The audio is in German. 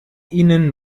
ihnen